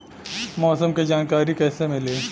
मौसम के जानकारी कैसे मिली?